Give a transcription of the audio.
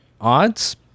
odds